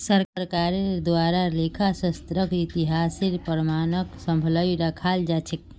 सरकारेर द्वारे लेखा शास्त्रक इतिहासेर प्रमाणक सम्भलई रखाल जा छेक